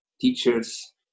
teachers